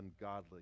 ungodly